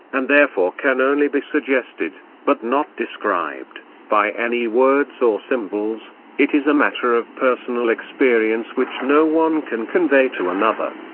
and therefore can only be suggested, but not described, by any words or symbols it is a matter of personal experience which no one can convey to another.